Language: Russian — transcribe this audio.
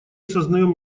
сознаем